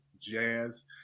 jazz